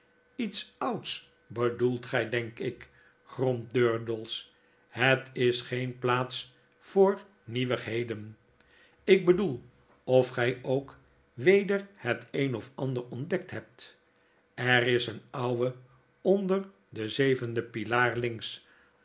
jets ouds bedoelt gij denk ik gromt durdels het is geen plaats voor nieuwigiieden ik bedoel of gij ook weder het een of ander ontdekt hebt er is een ouwe onder den zevenden